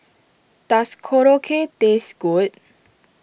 does Korokke taste good